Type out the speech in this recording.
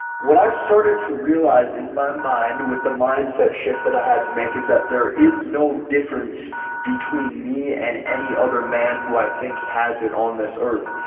what i started to realize, in my mind with the mindset shift that i had to make is that there is no difference between me and any other man who i think has it on this earth.